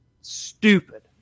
Stupid